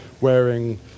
wearing